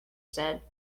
said